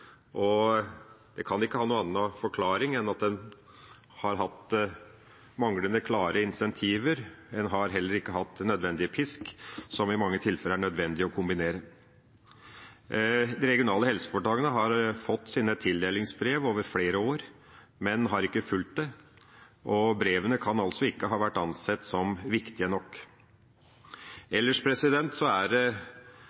og det kan ikke ha noen annen forklaring enn at en har hatt manglende klare incentiver, og en har heller ikke hatt den nødvendige pisk – noe som i mange tilfeller er nødvendig å kombinere. De regionale helseforetakene har fått sine tildelingsbrev over flere år, men har ikke fulgt dem, og brevene kan altså ikke ha vært ansett som viktige nok.